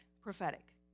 prophetic